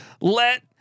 let